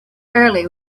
early